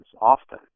often